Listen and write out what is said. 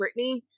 Britney